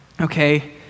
Okay